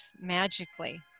magically